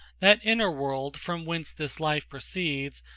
that inner world from whence this life proceeds,